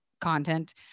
content